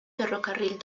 ferrocarril